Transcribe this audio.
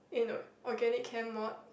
eh no organic chem mod